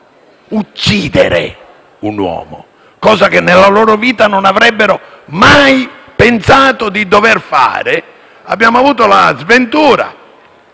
uccidere un uomo, facendo qualcosa che nella loro vita non avrebbero mai pensato di dover fare. Abbiamo avuto la sventura